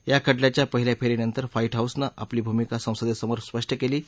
या खटल्याच्या पहिल्या फेरीनंतर व्हाईट हाऊसनं आपली उद्दिष्ट संसदेसमोर स्पष्ट केली आहेत